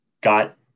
got